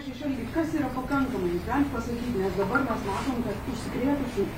šešelgi kas yra pakankamai jūs galit pasakyti nes dabar mes matom kad užsikrėtusių